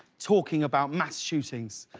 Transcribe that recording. talking about mass shootings,